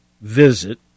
visit